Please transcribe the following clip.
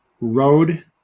road